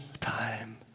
time